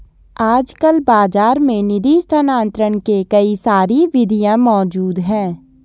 आजकल बाज़ार में निधि स्थानांतरण के कई सारी विधियां मौज़ूद हैं